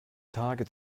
tage